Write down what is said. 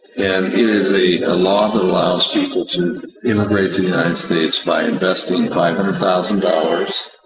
and, it is a ah law that allows people to immigrate to the united states by investing five hundred thousand dollars,